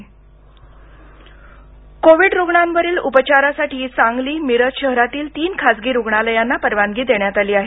Sangli COVID रुग्णांवरील उपचारासाठी सांगली मिरज शहरातील तीन खासगी रुग्णालयांना परवानगी देण्यात आली आहे